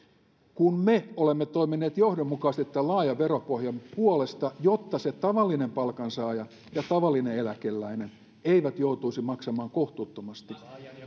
kun me olemme toimineet johdonmukaisesti tämän laajan veropohjan puolesta jotta se tavallinen palkansaaja ja tavallinen eläkeläinen eivät joutuisi maksamaan kohtuuttomasti